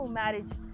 marriage